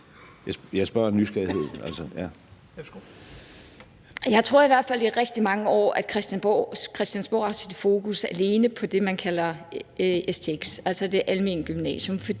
Jeg tror i hvert fald, at Christiansborg i rigtig mange år har haft sit fokus alene på det, man kalder stx, altså det almene gymnasium,